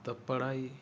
त पढ़ाई